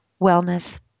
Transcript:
wellness